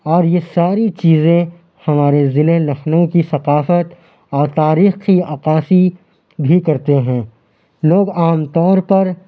اور یہ ساری چیزیں ہمارے ضلع لکھنؤ کی ثقافت اور تاریخ کی عکاسی بھی کرتے ہیں لوگ عام طور پر